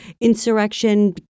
insurrection